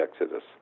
Exodus